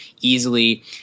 easily